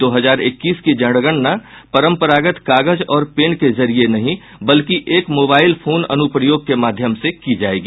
दो हजार इक्कीस की जनगणना परंपरागत कागज और पेन के जरिए नहीं बल्कि एक मोबाइल फोन अनुप्रयोग के माध्यम से की जाएगी